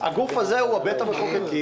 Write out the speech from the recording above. הגוף הזה הוא בית המחוקקים.